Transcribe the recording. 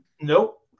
nope